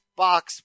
box